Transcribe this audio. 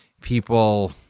people